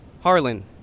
Harlan